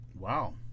Wow